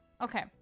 Okay